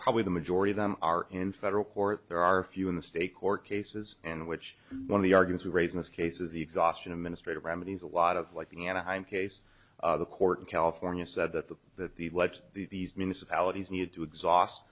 probably the majority of them are in federal court there are few in the state court cases in which one of the are going to raise in this case is the exhaustion administrative remedies a lot of like the anaheim case the court in california said that the that the let these municipalities need to exhaust